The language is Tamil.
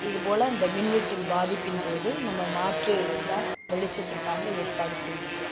இதுப்போல் இந்த மின்வெட்டின் பாதிப்பின்போது நம்ம மாற்று இதாக வெளிச்சத்திற்காக ஏற்பாடு செஞ்சிக்கிறோம்